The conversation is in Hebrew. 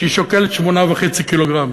ששוקלת 8.5 קילוגרם,